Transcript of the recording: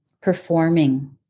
performing